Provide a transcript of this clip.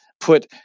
put